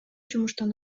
жумуштан